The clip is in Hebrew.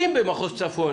אם במחוז צפון